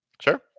Sure